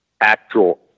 actual